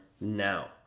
now